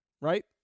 right